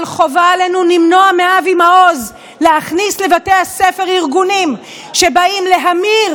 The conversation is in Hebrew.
אבל חובה עלינו למנוע מאבי מעוז להכניס לבתי הספר ארגונים שבאים להמיר